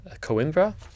Coimbra